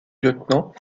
lieutenant